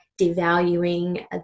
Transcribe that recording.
devaluing